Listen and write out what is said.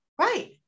right